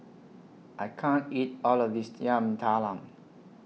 I can't eat All of This Yam Talam